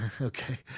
Okay